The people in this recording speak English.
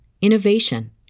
innovation